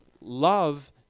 love